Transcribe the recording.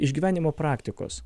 iš gyvenimo praktikos